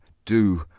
do,